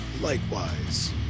Likewise